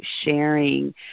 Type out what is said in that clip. sharing